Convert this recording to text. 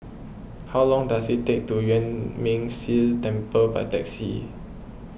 how long does it take to Yuan Ming Si Temple by taxi